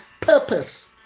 purpose